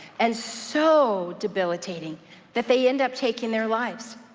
and so debilitating that they end up taking their lives.